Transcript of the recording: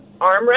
armrest